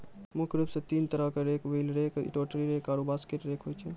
मुख्य रूप सें तीन तरहो क rake wheel rake, rotary rake आरु बास्केट रेक होय छै